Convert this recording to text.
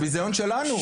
זה ביזיון שלנו,